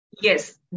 Yes